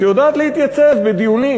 שיודעת להתייצב בדיונים.